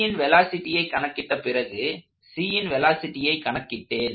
Bன் வெலாசிட்டியை கணக்கிட்ட பிறகு Cன் வெலாசிட்டியை கணக்கிட்டேன்